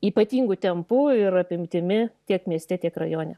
ypatingu tempu ir apimtimi tiek mieste tiek rajone